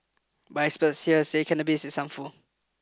but experts here say cannabis's harmful